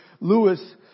Lewis